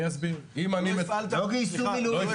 לא גייסו מילואים.